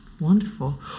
Wonderful